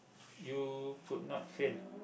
you could not fail